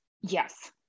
Yes